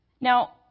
Now